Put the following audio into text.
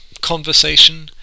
conversation